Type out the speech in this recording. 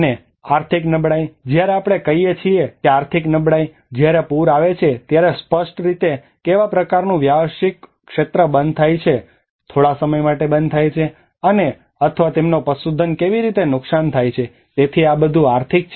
અને આર્થિક નબળાઇ જ્યારે આપણે કહીએ છીએ કે આર્થિક નબળાઈ જ્યારે પૂર આવે છે ત્યારે સ્પષ્ટ રીતે કેવા પ્રકારનું વ્યવસાયિક ક્ષેત્ર બંધ થઈ જાય છે થોડા સમય માટે બંધ થઈ જાય છે અને અથવા તેમનો પશુધન કેવી રીતે નુકસાન થાય છે તેથી આ બધું આર્થિક છે